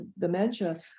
dementia